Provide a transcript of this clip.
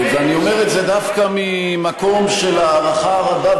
ואני אומר את זה דווקא ממקום של הערכה רבה,